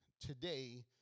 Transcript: today